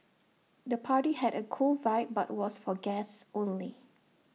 the party had A cool vibe but was for guests only